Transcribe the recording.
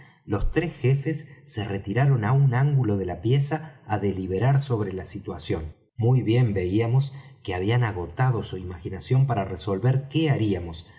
los tres jefes se retiraron á un ángulo de la pieza á deliberar sobre la situación muy bien veíamos que habían agotado su imaginación para resolver qué haríamos